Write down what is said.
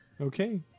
okay